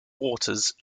waters